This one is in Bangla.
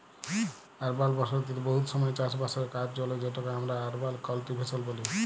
আরবাল বসতিতে বহুত সময় চাষ বাসের কাজ চলে যেটকে আমরা আরবাল কাল্টিভেশল ব্যলি